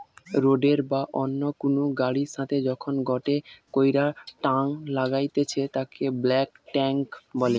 রোডের বা অন্য কুনু গাড়ির সাথে যখন গটে কইরা টাং লাগাইতেছে তাকে বাল্ক টেংক বলে